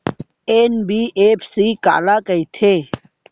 NBFC काला कहिथे?